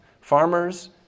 Farmers